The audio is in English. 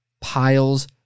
piles